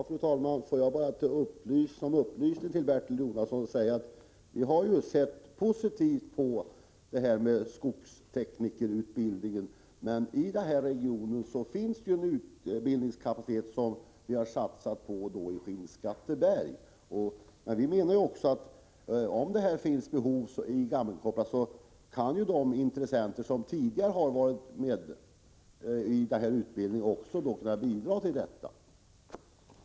Fru talman! Får jag bara upplysa Bertil Jonasson om att vi har sett positivt på skogsteknikerutbildningen, men i den ifrågavarande regionen finns det ju en utbildningskapacitet. Vi har satsat på Skinnskatteberg. Men finns det behov av utbildning i Gammelkroppa, kan ju också de nuvarande intressenterna göra ytterligare insatser när det gäller kostnaderna för kapacitetsutökningen.